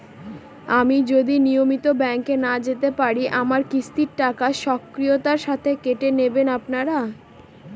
আমি যদি নিয়মিত ব্যংকে না যেতে পারি আমার কিস্তির টাকা স্বকীয়তার সাথে কেটে নেবেন আপনারা?